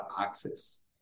access